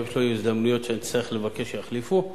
שלא תהיינה הזדמנויות שאני אצטרך לבקש שיחליפו.